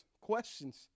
questions